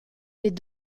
les